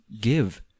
give